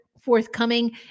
forthcoming